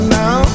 now